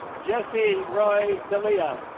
jesse roy dellea